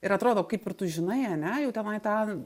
ir atrodo kaip ir tu žinai ane jau tenai tą